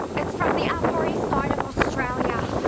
it's from the upper east side of australia.